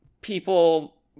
people